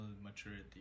maturity